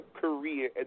career